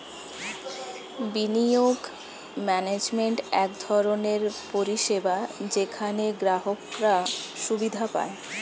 বিনিয়োগ ম্যানেজমেন্ট এক ধরনের পরিষেবা যেখানে গ্রাহকরা সুবিধা পায়